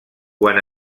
quan